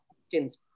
skins